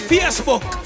Facebook